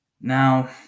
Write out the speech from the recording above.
Now